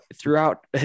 throughout